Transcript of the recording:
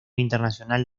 internacional